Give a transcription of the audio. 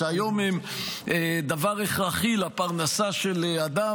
שהיום הם דבר הכרחי לפרנסה של האדם.